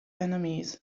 enemies